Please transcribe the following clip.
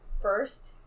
first